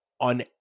on